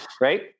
right